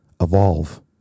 evolve